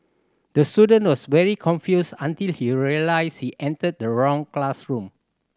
the student was very confused until he realised he entered the wrong classroom